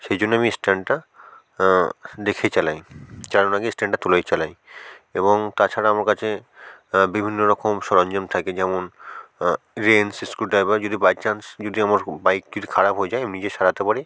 সেই জন্য আমি স্ট্যান্ডটা দেখে চালাই চালানোর আগে স্ট্যান্ডটা তুলেই চালাই এবং তাছাড়া আমার কাছে বিভিন্ন রকম সরঞ্জাম থাকে যেমন রেঞ্চ স্ক্রুড্রাইভার যদি বাই চান্স যদি আমার বাইক কিছু খারাপ হয়ে যায় আমি নিজে সারাতে পারি